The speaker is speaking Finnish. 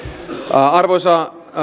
arvoisa